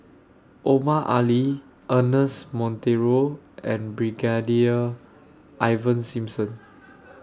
Omar Ali Ernest Monteiro and Brigadier Ivan Simson